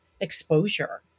exposure